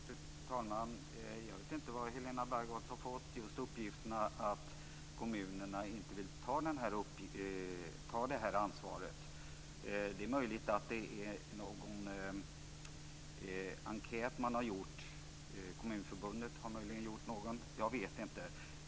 Fru talman! Jag vet inte varifrån Helena Bargholtz har fått uppgiften att kommunerna inte vill ta det här ansvaret. Det är möjligt att det har gjorts någon enkät. Kommunförbundet har möjligen gjort någon. Det vet inte jag.